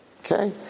Okay